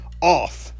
off